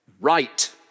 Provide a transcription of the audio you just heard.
right